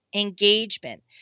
engagement